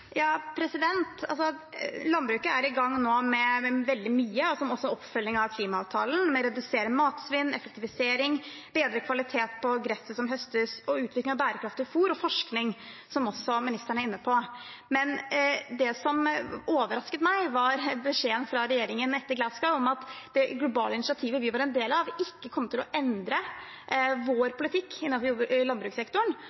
landbruket er nå i gang med veldig mye som også er oppfølging av klimaavtalen – å redusere matsvinn, effektivisering, å bedre kvaliteten på gresset som høstes, utvikling av bærekraftig fôr, og forskning, som også ministeren er inne på. Men det som overrasket meg, var beskjeden fra regjeringen etter Glasgow om at det globale initiativet vi var en del av, ikke kom til å endre vår